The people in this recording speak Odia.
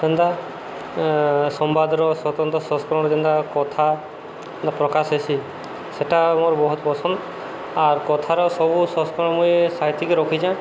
ଏନ୍ତା ସମ୍ବାଦର ସ୍ୱତନ୍ତ୍ର ସଂସ୍କରଣର ଯେନ୍ତା କଥା ଯେନ୍ତା ପ୍ରକାଶ ହେସି ସେଟା ମୋର ବହୁତ ପସନ୍ଦ ଆର୍ କଥାର ସବୁ ସଂସ୍କରଣ ମୁଇଁ ସାଇତିକି ରଖିଛେଁ